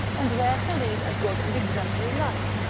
and there to lead a good and exemplary life.